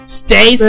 stay